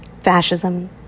Fascism